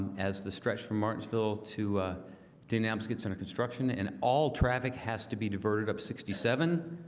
as the stretch from martinsville to dynamis gets under construction and all traffic has to be diverted up sixty seven